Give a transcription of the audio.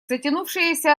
затянувшееся